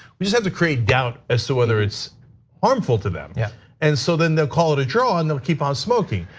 we just have to create doubt as to whether it's harmful to them. yeah and so then they'll call it a draw, and they'll keep on smoking.